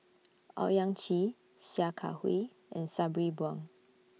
Owyang Chi Sia Kah Hui and Sabri Buang